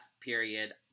period